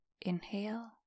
Inhale